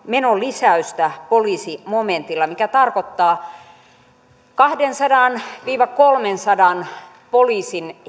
menolisäystä poliisimomentilla mikä tarkoittaa kahdensadan viiva kolmensadan poliisin